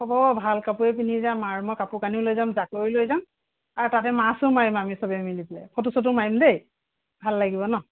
হ'ব ভাল কাপোৰে পিন্ধি যাম আৰু মই কাপোৰ কানিও লৈ যাম জাকৈও লৈ যাম আৰু তাতে মাছো মাৰিম আমি চবেই মিলি পেলাই ফটো চটোও মাৰিম দেই ভাল লাগিব ন